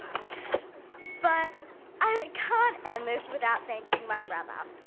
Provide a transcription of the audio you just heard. ah but i can't end this without thanking my brother.